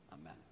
Amen